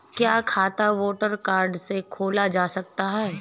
क्या खाता voter card से खोला जा सकता है?